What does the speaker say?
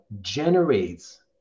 generates